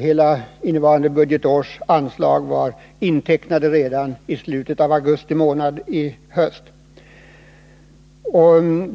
Hela innevarande budgetårs anslag var alltså intecknade redan i slutet av augusti månad. Detta